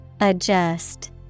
Adjust